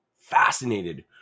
fascinated